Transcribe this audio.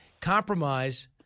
compromise –